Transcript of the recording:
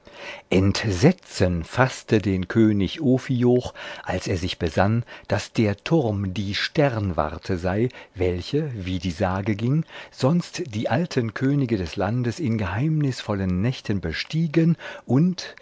entsetzen faßte den könig ophioch als er sich besann daß der turm die sternwarte sei welche wie die sage ging sonst die alten könige des landes in geheimnisvollen nächten bestiegen und